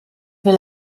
will